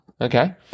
Okay